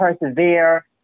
persevere